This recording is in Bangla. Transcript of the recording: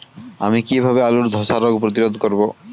আমি কিভাবে আলুর ধ্বসা রোগ প্রতিরোধ করব?